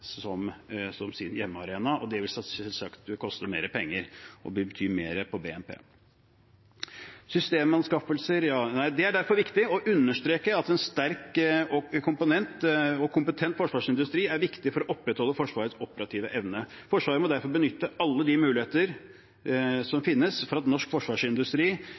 som sin hjemmearena, og det vil som sagt koste mer penger og bety mer på BNP. Det er derfor viktig å understreke at en sterk og kompetent forsvarsindustri er viktig for å opprettholde Forsvarets operative evne. Forsvaret må derfor benytte alle de muligheter som finnes for at norsk forsvarsindustri